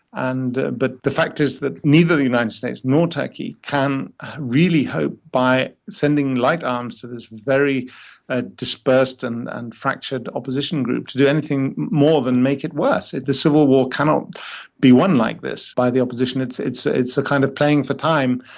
and but the fact is that neither the united states nor turkey can really hope, by sending light arms to this very ah dispersed and and fractured opposition group, to do anything more than make it worse. the civil war cannot be won like this by the opposition it's it's ah a kind of playing for time,